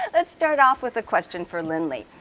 let's start off with a question for lindley.